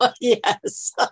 yes